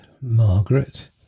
Margaret